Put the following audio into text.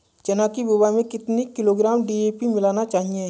चना की बुवाई में कितनी किलोग्राम डी.ए.पी मिलाना चाहिए?